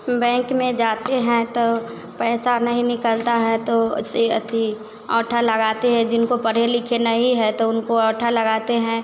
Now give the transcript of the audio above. bank में जाते हैं तो पैसा नहीं निकलता है तो से अथि अंगूठा लगाते हैं जिनको पढ़े लिखे नही है तो उनको अंगूठा लगाते हैं